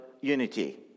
unity